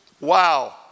Wow